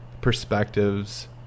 perspectives